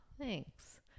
Thanks